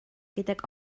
gydag